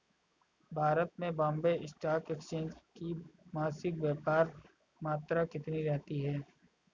भारत में Bombay stock exchange की मासिक व्यापार मात्रा कितनी रहती है?